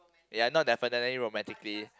not definitely romantically